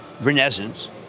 renaissance